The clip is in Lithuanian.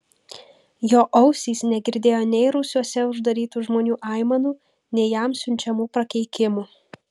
jo ausys negirdėjo nei rūsiuose uždarytų žmonių aimanų nei jam siunčiamų prakeikimų